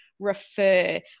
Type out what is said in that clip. refer